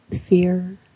fear